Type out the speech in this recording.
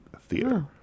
theater